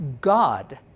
God